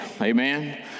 amen